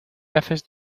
haces